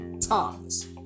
Thomas